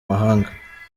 mahanga